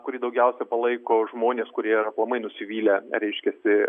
kurį daugiausia palaiko žmonės kurie yra aplamai nusivylę reiškiasi